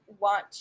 want